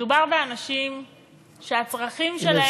מדובר באנשים שהצרכים שלהם,